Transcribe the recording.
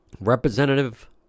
representative